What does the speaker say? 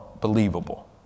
believable